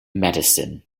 medicine